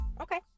Okay